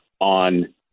on